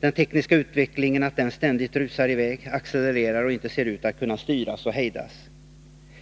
den tekniska utvecklingen ständigt rusar i väg, accelererar och inte ser ut att kunna styras och hejdas.